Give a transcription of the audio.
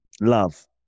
Love